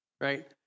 right